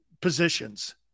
positions